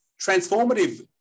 transformative